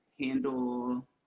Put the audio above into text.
handle